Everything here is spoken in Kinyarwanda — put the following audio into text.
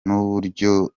nuburyo